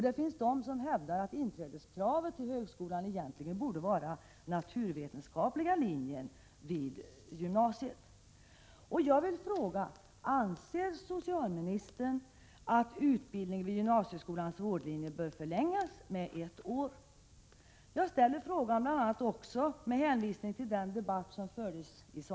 Det finns även de som hävdar att inträdeskravet på högskolan egentligen borde vara att man har studerat på gymnasieskolans naturvetenskapliga linje.